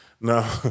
No